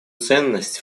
ценность